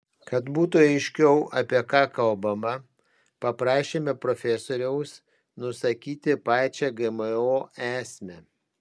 kad būtų aiškiau apie ką kalbama paprašėme profesoriaus nusakyti pačią gmo esmę